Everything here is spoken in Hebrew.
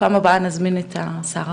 בפעם הבאה נזמין את השרה.